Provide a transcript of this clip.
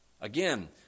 Again